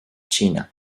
china